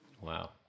Wow